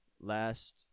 last